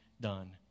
done